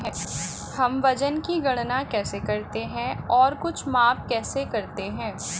हम वजन की गणना कैसे करते हैं और कुछ माप कैसे करते हैं?